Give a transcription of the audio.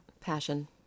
Passion